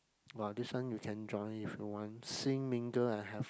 !wah! this one you can join if you want sing mingle and have